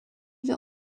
wir